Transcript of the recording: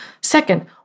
Second